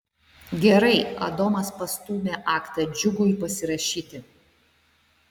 gerai adomas pastūmė aktą džiugui pasirašyti